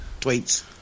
tweets